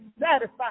satisfied